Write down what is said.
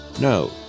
No